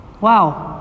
Wow